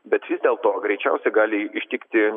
bet vis dėlto greičiausiai gali ištikti